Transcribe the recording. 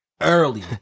early